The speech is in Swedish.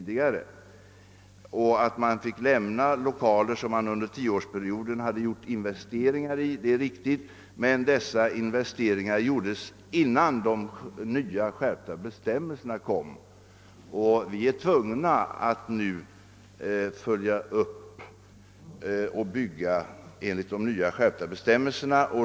Det är riktigt att man fick lämna lokaler som man under tioårsperioden hade gjort investeringar i, men dessa genomfördes innan de nya, skärpta bestämmelserna trädde i kraft. Vi är nu tvungna att följa upp det hela och fullborda byggnadsarbetena enligt de nya bestämmelserna.